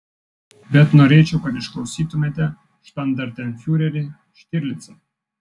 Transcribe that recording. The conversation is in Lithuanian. bet norėčiau kad išklausytumėte štandartenfiurerį štirlicą